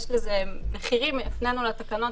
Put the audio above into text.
לכן אני אומר: בואו ניצור קריטריונים נורמטיביים איך מגישים בקשה.